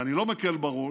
ואני לא מקל בה ראש,